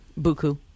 Buku